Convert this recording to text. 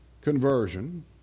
conversion